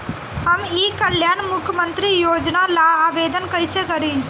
हम ई कल्याण मुख्य्मंत्री योजना ला आवेदन कईसे करी?